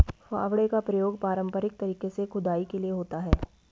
फावड़े का प्रयोग पारंपरिक तरीके से खुदाई के लिए होता है